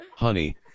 Honey